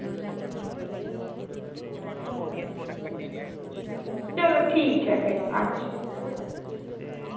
चलो ठीक ऐ फिर अच्छा